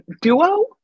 duo